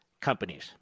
companies